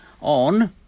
on